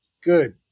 Good